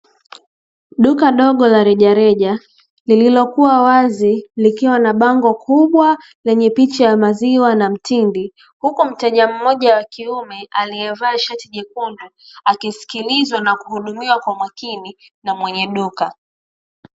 Duka dogo la rejareja lililokuwa wazi, likiwa na bango kubwa lenye picha ya maziwa na mtindi, huku mteja mmoja wa kiume aliyevaa shati jekundu akisikilizwa na kuhudumiwa kwa makini na mwenye duka.